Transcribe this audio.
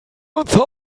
uns